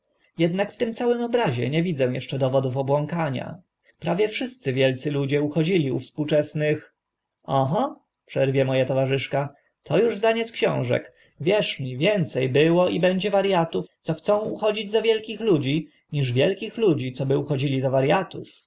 jednak w tym całym obrazie nie widzę eszcze dowodów obłąkania prawie wszyscy wielcy ludzie uchodzili u współczesnych oho przerwie mo a towarzyszka to uż zdanie z książek wierz mi więce było i będzie wariatów co chcą uchodzić za wielkich ludzi niż wielkich ludzi co by uchodzili za wariatów